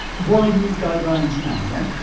why new guidelines now dan?